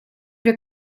wir